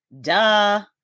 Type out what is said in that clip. Duh